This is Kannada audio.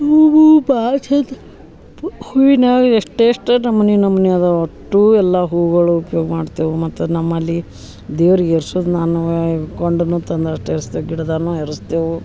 ಹೂವು ಭಾಳ ಚಂದ ಪು ಹೂವಿನಾರ್ ಎಷ್ಟು ಎಷ್ಟೋ ನಮೂನೆ ನಮೂನೆ ಅದಾವ ಅಷ್ಟೂ ಎಲ್ಲ ಹೂಗಳು ಉಪ್ಯೋಗ ಮಾಡ್ತೇವೆ ಮತ್ತು ನಮ್ಮಲ್ಲಿ ದೇವ್ರಿಗೆ ಏರ್ಸೋದ್ ನಾನು ವೇ ಕೊಂಡೂನು ತಂದು ಅಷ್ಟು ಏರ್ಸ್ತೆ ಗಿಡದಾನು ಏರಿಸ್ತೇವೆ